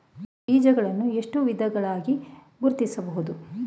ಬೀಜಗಳನ್ನು ಎಷ್ಟು ವಿಧಗಳಾಗಿ ಗುರುತಿಸಬಹುದು?